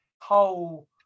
whole